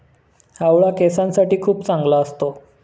आवळा केसांसाठी खूप चांगला असतो